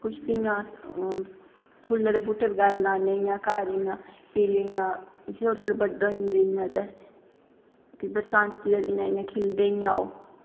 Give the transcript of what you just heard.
कुछ बी इ'यां अस ओह् फुल्ल दे बूह्टे बगैरा लान्ने इ'यां घर इ'यां फिर इ'यां थोह्ड़े थोह्ड़े बड्डे होई जंदे इ'यां ते कि बरसांती दे दिनें इ'यां खिलदे इ'यां ओह्